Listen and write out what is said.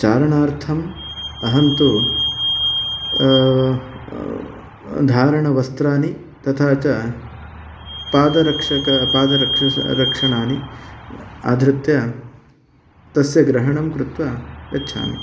चारणार्थम् अहं तु धारणवस्त्राणि तथा च पादरक्षक रक्षणानि आधृत्य तस्य ग्रहणं कृत्वा गच्छामि